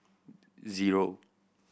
zero